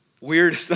weird